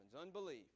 unbelief